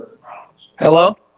Hello